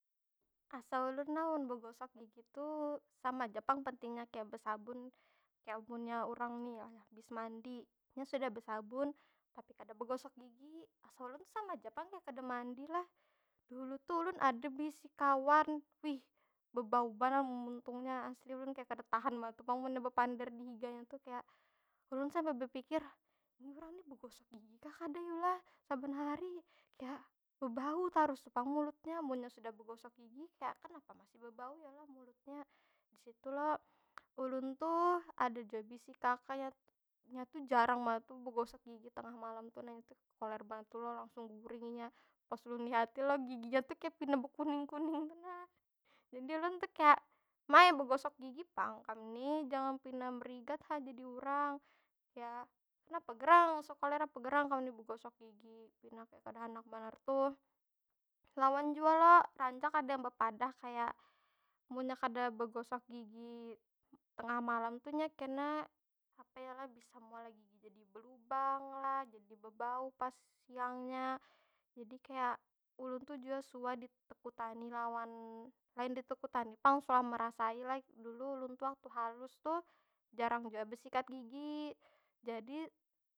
Asa ulun lah, mun begosok gigi tu sama ja pang pentingnya kaya besabun. Kaya munnya urang ni lah abis mandi, nya sudah besabun tapi kada begosok gigi, asa ulun sama ja pang kaya kada mandi lah. Dahulu tu ulun ada beisi kawan, wih bebau banar muntungnya. Aseli ulun kaya kada tahan banar tu pang munnya bepander di higanya tu. Kaya, ulun sampai bepikir, ni urang ni begosok gigi kah kada yu lah saban hari? Kaya bebau tarus tu pang mulutnya. Munnya sudah begosok gigi, kenapa masih bebau yo lah mulutnya? Abis itu lo, ulun tu ada jua beisi kaka nya tu jarang banar begosok gigi tengah malam tu nah, nya tu koler banar. Langsung guring inya. Pas ulun lihati lo, giginya tu kaya pina bekuning- kuning tu nah. jadi ulun tu kaya, ma ai begosok gigi pang, kam ni. jangan pina merigat ha jadi urang! Kaya, kenapa gerang? Sekoler apa gerang kam ni begosok gigi? Pina kaya kada handak banar tuh. Lawan jua lo rancak ada nang bepadah kaya, munnya kada begosok gigi tengah malam tu nya kena, apa yo lah? Bisa meolah gigi jadi belubang lah, jadi bebau pas siangnya. Jadi kaya, ulun tu jua suah ditakutani lawan, lain ditakutani pang. Suah merasai lah, dulu ulun lagi halus tu jarang jua besikat gigi. Jadi.